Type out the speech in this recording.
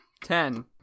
Ten